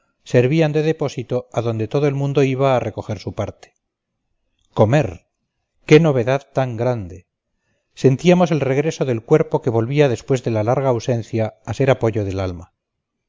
servían de depósito a donde todo el mundo iba a recoger su parte comer qué novedad tan grande sentíamos el regreso del cuerpo que volvía después de la larga ausencia a ser apoyo del alma